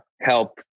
help